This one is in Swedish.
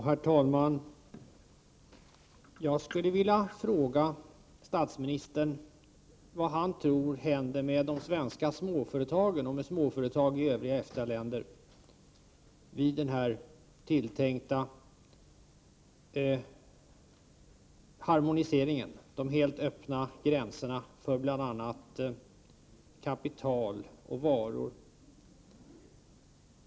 Herr talman! Jag vill fråga statsministern vad han tror händer med de svenska småföretagen och med småföretag i övriga EFTA-länder vid den tilltänkta harmoniseringen med de helt öppna gränserna för bl.a. kapital och varor.